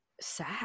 sad